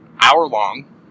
hour-long